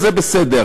זה בסדר.